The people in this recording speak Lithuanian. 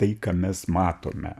tai ką mes matome